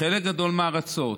בחלק גדול מהארצות,